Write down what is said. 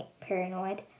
paranoid